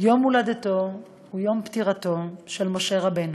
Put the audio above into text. יום הולדתו ויום פטירתו של משה רבנו.